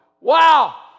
wow